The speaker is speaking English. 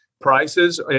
prices